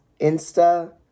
Insta